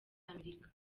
amerika